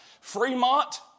Fremont